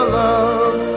love